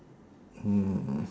hmm